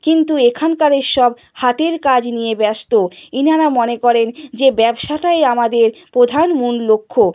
কিন্তু এখানকারের সব হাতের কাজ নিয়ে ব্যস্ত ইনারা মনে করেন যে ব্যবসাটাই আমাদের প্রধান মূল লক্ষ্য